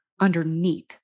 underneath